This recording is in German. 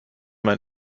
man